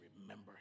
remember